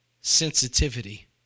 sensitivity